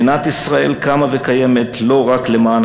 "מדינת ישראל קמה וקיימת לא רק למען